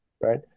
right